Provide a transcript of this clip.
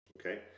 Okay